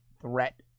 threat